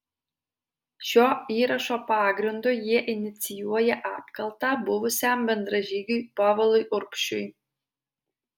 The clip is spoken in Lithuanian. šio įrašo pagrindu jie inicijuoja apkaltą buvusiam bendražygiui povilui urbšiui